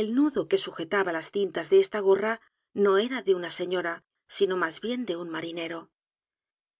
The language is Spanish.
el nudo edgar poe novelas y cuentos que sujetaba las cintas de esta g o r r a no era de una señora sino más bien de un marinero